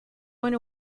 going